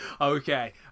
okay